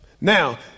Now